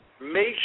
make